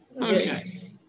Okay